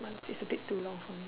month is a bit too long for me